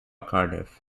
cardiff